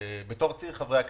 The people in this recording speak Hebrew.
בתור צעיר חברי הכנסת,